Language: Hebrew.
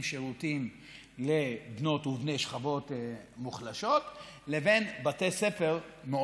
שירותים לבנות ולבני שכבות מוחלשות לבין בתי ספר מאוד